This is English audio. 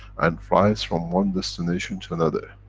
and flies from one destination to another.